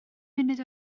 munud